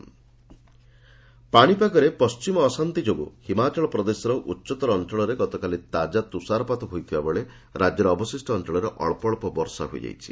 HP snowfall ପାଣିପାଗରେ ପଣ୍ଢିମ ଅଶାନ୍ତି ଯୋଗୁଁ ହିମାଚଳ ପ୍ରଦେଶର ଉଚ୍ଚତର ଅଞ୍ଚଳରେ ଗତକାଲି ତାକା ତ୍ରଷାରପାତ ହୋଇଥିବାବେଳେ ରାଜ୍ୟର ଅବଶିଷ୍ଟ ଅଞ୍ଚଳରେ ଅଳ୍ପ ଅଳ୍ପ ବର୍ଷା ହୋଇଯାଇଛି